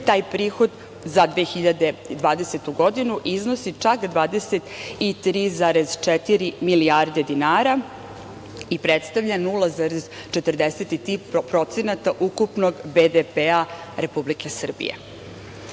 taj prihod za 2020. godinu iznosi čak 23,4 milijarde dinara i predstavlja 0,43% ukupnog BDP-a Republike Srbije. Ono